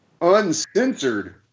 Uncensored